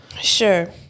Sure